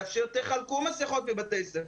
תחלקו מסכות בבתי הספר.